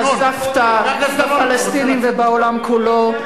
נזפת בפלסטינים ובעולם כולו.